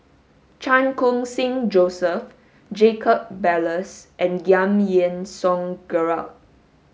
Chan Khun Sing Joseph Jacob Ballas and Giam Yean Song Gerald